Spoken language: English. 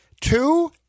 Two